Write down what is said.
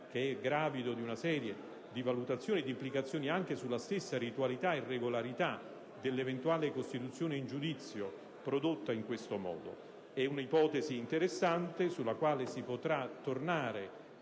che è gravido di una serie di valutazioni e di implicazioni anche sulla stessa ritualità e regolarità dell'eventuale costituzione in giudizio prodotta in questo modo. È un'ipotesi interessante, sulla quale si potrà tornare